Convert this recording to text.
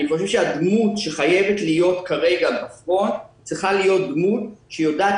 אני חושב שהדמות שחייבת להיות כרגע בפרונט צריכה להיות דמות שיודעת